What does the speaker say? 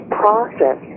process